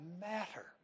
matter